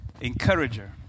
encourager